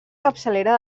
capçalera